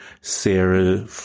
Sarah